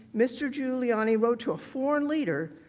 mr. giuliani wrote to a for and later,